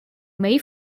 may